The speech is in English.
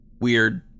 weird